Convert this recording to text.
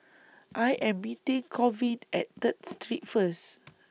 I Am meeting Colvin At Third Street First